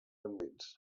endins